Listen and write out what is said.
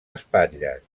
espatlles